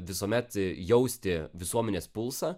visuomet jausti visuomenės pulsą